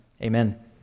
amen